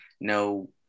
No